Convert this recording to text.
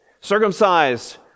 Circumcised